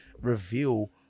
reveal